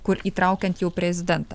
kur įtraukiant jau prezidentą